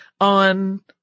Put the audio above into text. on